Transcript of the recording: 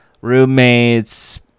roommates